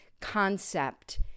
concept